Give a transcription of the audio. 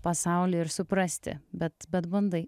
pasaulį ir suprasti bet bet bandai